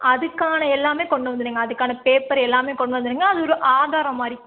அதுக்கான எல்லாமே கொண்டு வந்துவிடுங்க அதுக்கான பேப்பர் எல்லாமே கொண்டு வந்துவிடுங்க அது ஒரு ஆதாரம் மாதிரி